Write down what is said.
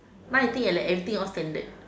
now I think like that everything all standard